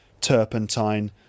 turpentine